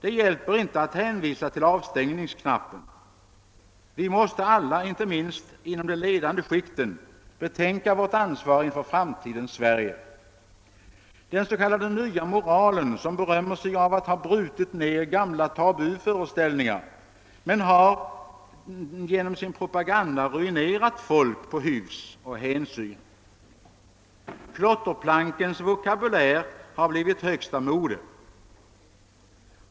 Det hjälper inte att hänvisa till avstängningsknappen. Vi måste alla — inte minst inom de ledande skikten — betänka vårt ansvar inför framtidens Sverige. Den s.k. nya moralen berömmer sig av att ha brutit ner gamla tabuföreställningar, men den har genom sin propaganda ruinerat folk på hyfs och hänsyn. Klotterplankens vokabulär har blivit högsta mode.